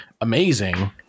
amazing